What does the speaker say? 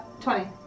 twenty